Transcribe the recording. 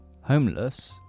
homeless